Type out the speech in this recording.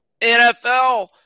NFL